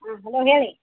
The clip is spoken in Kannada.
ಹಾಂ ಹಲೋ ಹೇಳಿ